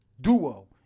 duo